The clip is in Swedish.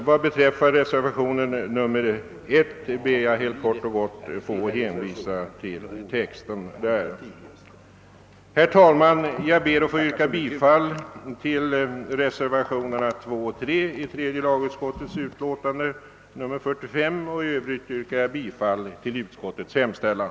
Vad beträffar reservationen I ber jag att helt kort få hänvisa till dess text. Herr talman! Jag ber att få yrka bifall till reservationerna II och III vid tredje lagutskottets utlåtande nr 45 och yrkar i övrigt bifall till utskottets hemställan.